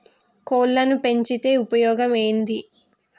కోళ్లని పెంచితే ఉపయోగం ఏంది?